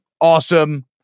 awesome